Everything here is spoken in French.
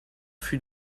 fut